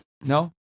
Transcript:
No